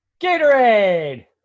Gatorade